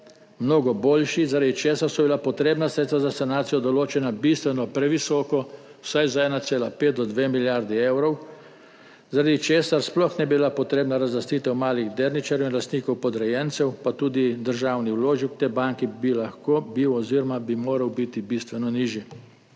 mnogo boljši, zaradi česar so bila potrebna sredstva za sanacijo določena bistveno previsoko, vsaj za 1,5 do dve milijardi evrov, zaradi česar sploh ni bila potrebna razlastitev malih delničarjev in lastnikov podrejencev, pa tudi državni vložek v tej banki bi lahko bil oziroma bi moral biti bistveno nižji.